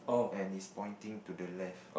and he is pointing to the left